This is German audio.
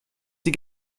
sie